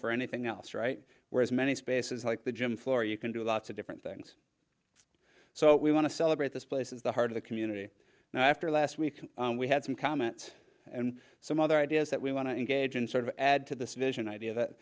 for anything else right whereas many spaces like the gym floor you can do lots of different things so we want to celebrate this place is the heart of the community now after last week we had some comments and some other ideas that we want to engage and sort of add to this vision idea that